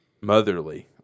Motherly